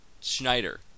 Schneider